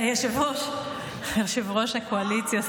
יושב-ראש הקואליציה.